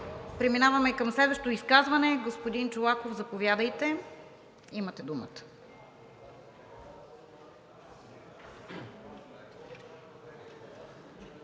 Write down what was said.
Преминаваме към следващо изказване. Господин Чолаков, заповядайте – имате думата.